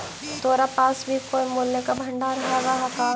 तोरा पास भी कोई मूल्य का भंडार हवअ का